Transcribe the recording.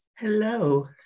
Hello